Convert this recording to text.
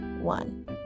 one